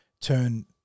turn